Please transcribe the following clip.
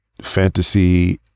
fantasy